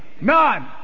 None